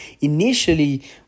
initially